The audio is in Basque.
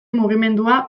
mugimendua